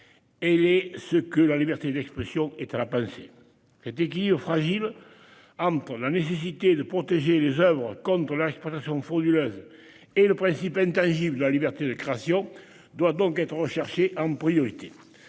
Elle est ce que la liberté d'expression est à la pensée. Cet équilibre fragile entre la nécessité de protéger les oeuvres contre leur exploitation frauduleuse et le principe intangible de liberté de création doit donc être recherché en priorité.